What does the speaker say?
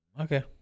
Okay